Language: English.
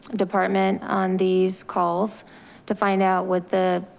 department on these calls to find out what the.